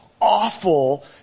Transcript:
awful